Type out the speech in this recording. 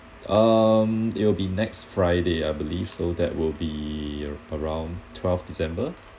um it will be next friday I believe so that will be around twelve december